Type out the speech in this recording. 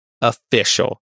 official